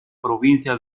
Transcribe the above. provincia